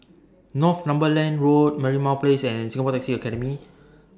Northumberland Road Merlimau Place and Singapore Taxi Academy